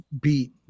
beat